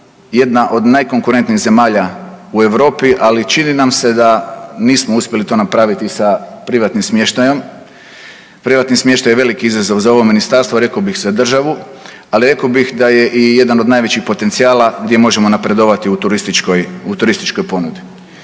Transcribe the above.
jedna od najkonkurentnijih zemalja u Europi, ali čini nam se da nismo uspjeli to napraviti sa privatnim smještajem. Privatni smještaj je veliki izazov za ovo ministarstvo, rekao bih i za državu, ali rekao bih da je i jedan od najvećih potencijala gdje možemo napredovati u turističkoj, u